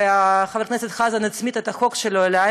וחבר הכנסת חזן הצמיד את החוק שלו אלי,